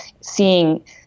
seeing